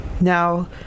Now